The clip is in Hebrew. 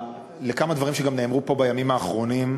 לכמה דברים שגם נאמרו פה בימים האחרונים,